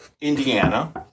Indiana